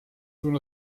soon